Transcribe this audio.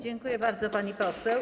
Dziękuję bardzo, pani poseł.